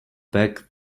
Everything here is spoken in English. back